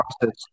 process